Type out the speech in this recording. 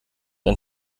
ein